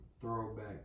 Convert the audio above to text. throwback